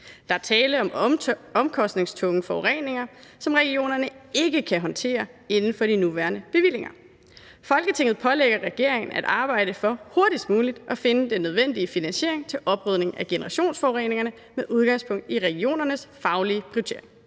Der er tale om omkostningstunge forureninger, som regionerne ikke kan håndtere inden for de nuværende bevillinger. Folketinget pålægger regeringen at arbejde for hurtigst muligt at finde nødvendig finansiering til oprydning af generationsforureninger med udgangspunkt i regionernes faglige prioritering.